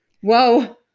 whoa